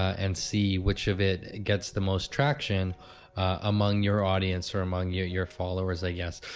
and see which of it gets the most traction among your audience or among your your followers i guess.